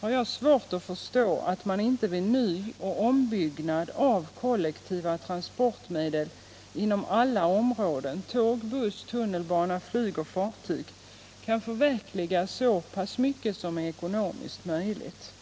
har jag svårt att förstå att man inte vid nyoch ombyggnad av kollektiva transportmedel inom alla områden — tåg, buss, tunnelbana, flyg och fartyg — kan förverkliga så mycket som är ekonomiskt möjligt.